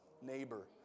Neighbor